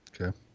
Okay